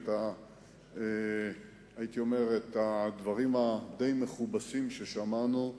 והייתי אומר את הדברים הדי-מכובסים ששמענו,